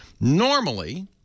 Normally